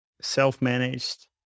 self-managed